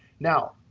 now,